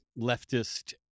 leftist